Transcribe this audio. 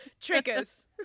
Triggers